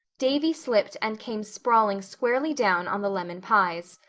davy slipped and came sprawling squarely down on the lemon pies.